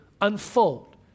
unfold